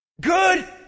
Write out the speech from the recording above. good